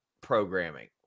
programming